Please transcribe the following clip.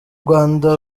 rwanda